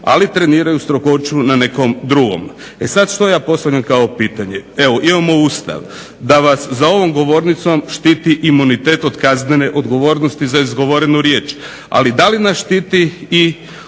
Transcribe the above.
ali treniraju strogoću na nekom drugom. E sada što ja postavljam kao pitanje, evo imamo Ustav da vas za ovom govornicom štiti imunitet od kaznene odgovornosti za izgovorenu riječ, ali da li nas štiti i